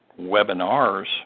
Webinars